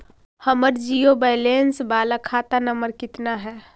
हमर zero balance बाला खाता नम्बर कितना है?